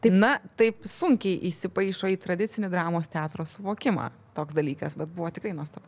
na taip sunkiai įsipaišo į tradicinį dramos teatro suvokimą toks dalykas bet buvo tikrai nuostabu